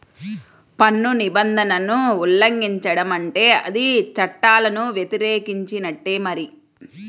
పన్ను నిబంధనలను ఉల్లంఘించడం అంటే అది చట్టాలను వ్యతిరేకించినట్టే మరి